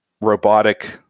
robotic